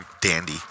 dandy